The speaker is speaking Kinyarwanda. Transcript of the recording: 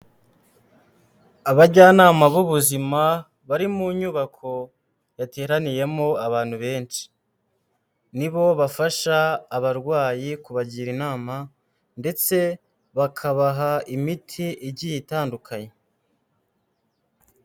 Abajyanama b'ubuzima bari mu nyubako yateraniyemo abantu benshi, ni bo bafasha abarwayi kubagira inama ndetse bakabaha imiti igiye itandukanye.